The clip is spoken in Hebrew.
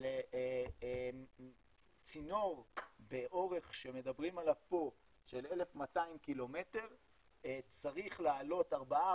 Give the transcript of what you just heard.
אבל צינור באורך שמדברים עליו פה של 1,200 קילומטר צריך להעלות ארבעה,